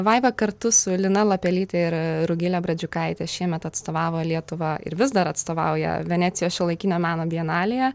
vaiva kartu su lina lapelyte ir rugile barzdžiukaite šiemet atstovavo lietuvą ir vis dar atstovauja venecijos šiuolaikinio meno bienalėje